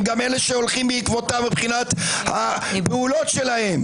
גם אלה שהולכים בעקבותיו מבחינת הפעולות שלהם.